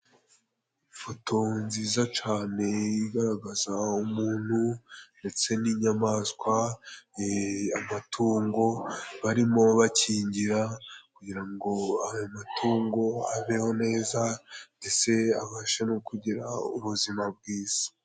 Ifoto nziza cane igaragaza umuntu ndetse n'inyamaswa, amatungo barimo bakingira kugira ngo ayo matungo abeho neza ndetse abashe no kugira ubuzima bwiza.